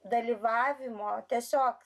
dalyvavimo tiesiog